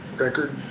record